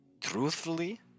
Truthfully